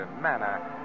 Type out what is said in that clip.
manner